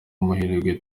amahirwe